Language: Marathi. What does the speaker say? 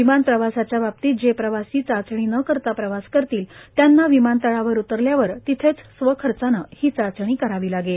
विमान प्रवासाच्या बाबतीत जे प्रवासी चाचणी न करता प्रवास करतील त्यांना विमानतळावर उतरल्यावर तिथेच स्वखर्चाने ही चाचणी करावी लागेल